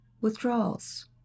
withdrawals